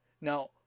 Now